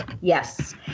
Yes